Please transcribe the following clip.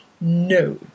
No